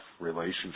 relationship